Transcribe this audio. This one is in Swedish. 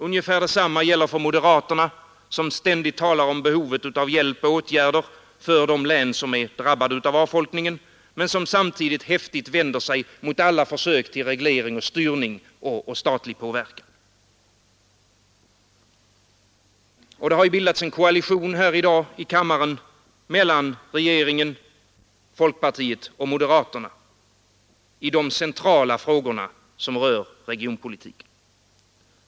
Ungefär detsamma gäller för moderaterna, som ständigt talar om behovet av hjälp och åtgärder för de län som är drabbade av avfolkningen men som samtidigt vänder sig emot alla försök till reglering och styrning och statlig påverkan. Det har ju bildats en koalition här i dag i kammaren mellan regeringen, folkpartiet och moderaterna i de centrala frågor som rör regionpolitiken.